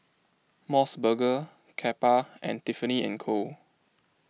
Mos Burger Kappa and Tiffany and Co